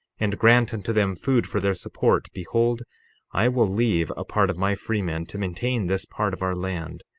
and grant unto them food for their support, behold i will leave a part of my freemen to maintain this part of our land,